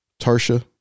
Tarsha